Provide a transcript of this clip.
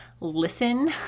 listen